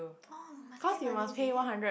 oh must pay money is it